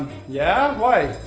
yeah why?